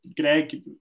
Greg